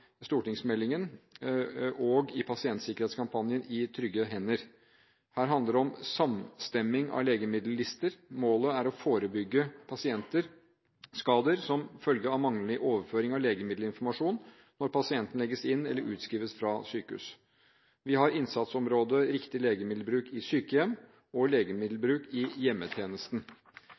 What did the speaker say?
stortingsmeldingen og i pasientsikkerhetskampanjen I trygge hender. Her handler det om samstemming av legemiddellister. Målet er å forebygge pasientskader som følge av manglende overføring av legemiddelinformasjon når pasienten legges inn eller utskrives fra sykehus. Vi har innsatsområdet riktig legemiddelbruk i sykehjem og i hjemmetjenesten.